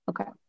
Okay